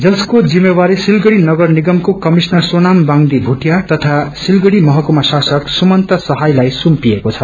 जसको जिम्मेवारी सिलगड़ी नगरनिगयको कमिश्नर सोनाम वांग्दी भुटिया तथा सिलगड़ी महकुमा शासक सुमंत सहायलाई सुम्पिएको छ